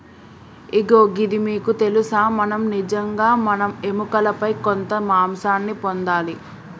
ఇగో గిది మీకు తెలుసా మనం నిజంగా మన ఎముకలపై కొంత మాంసాన్ని పొందాలి